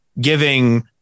giving